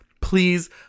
please